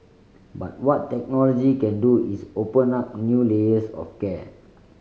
but what technology can do is open up new layers of care